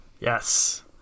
Yes